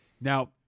Now